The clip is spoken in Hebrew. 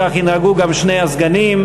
כך ינהגו גם שני הסגנים.